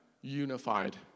unified